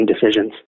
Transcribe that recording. decisions